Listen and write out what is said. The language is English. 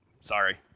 Sorry